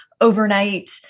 overnight